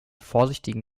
vorsichtigen